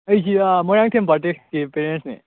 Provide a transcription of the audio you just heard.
ꯑꯩꯁꯤ ꯃꯣꯏꯔꯥꯡꯊꯦꯝ ꯕꯥꯔꯇꯦꯛꯁꯀꯤ ꯄꯦꯔꯦꯟꯁꯅꯦ